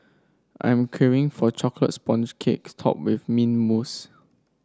I am craving for a chocolate sponge cake topped with mint mousse